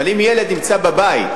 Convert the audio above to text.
אבל אם ילד נמצא בבית